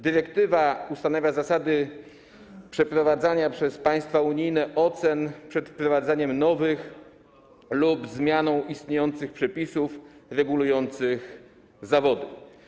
Dyrektywa ustanawia zasady przeprowadzania przez państwa unijne ocen przed wprowadzeniem nowych lub zmianą istniejących przepisów regulujących zawody.